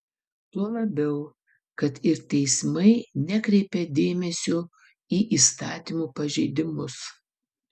tuo labiau kad ir teismai nekreipia dėmesio į įstatymų pažeidimus